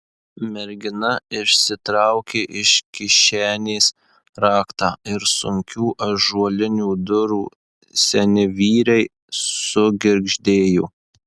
mergina išsitraukė iš kišenės raktą ir sunkių ąžuolinių durų seni vyriai sugirgždėjo